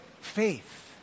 faith